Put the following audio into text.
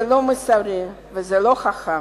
זה לא מוסרי וזה לא חכם.